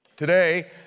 Today